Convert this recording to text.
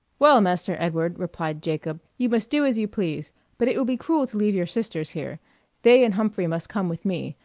well, master edward, replied jacob, you must do as you please but it will be cruel to leave your sisters here they and humphrey must come with me,